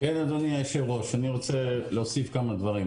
אני רוצה להוסיף כמה דברים.